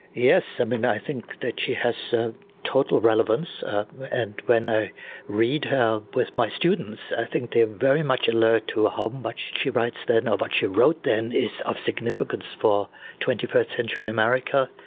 yes. i mean i think that she has so total relevance and when i read her with my students, i think they are very much alert to how much she writes then, or what but she wrote then, is of significance for twenty first century america,